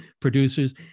Producers